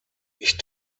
ich